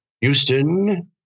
Houston